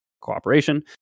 cooperation